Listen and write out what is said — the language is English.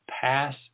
pass